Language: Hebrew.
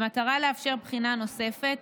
במטרה לאפשר בחינה נוספת,